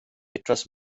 etwas